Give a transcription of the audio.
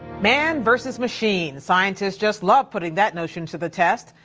man versus machine, scientists just love putting that notion to the test.